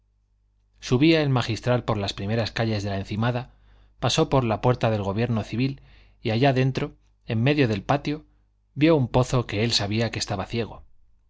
subía el magistral por las primeras calles de la encimada pasó por la puerta del gobierno civil y allá dentro en medio del patio vio un pozo que él sabía que estaba ciego